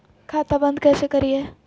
खाता बंद कैसे करिए?